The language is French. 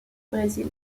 brésil